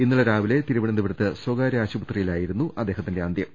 ഇന്നലെ രാവിലെ തിരുവനന്തപുരത്ത് സ്ഥകാര്യ ആശുപത്രിയിലായിരുന്നു അദ്ദേഹത്തിന്റെ അന്ത്യം